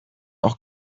auch